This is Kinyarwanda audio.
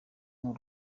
nk’u